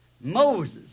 Moses